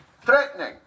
threatening